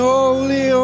Holy